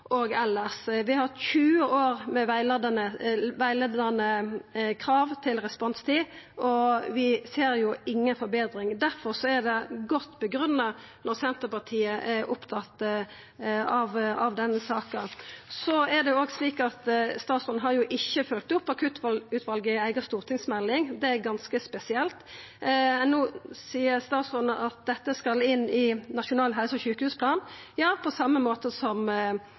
og elles. Vi har tjue år med rettleiande krav til responstid, og vi ser inga betring. Difor er det godt grunngitt når Senterpartiet er opptatt av denne saka. Det er òg slik at statsråden ikkje har følgt opp akuttutvalet i ei eiga stortingsmelding. Det er ganske spesielt. No seier statsråden at dette skal inn i Nasjonal helse- og sjukehusplan – ja, på same måten som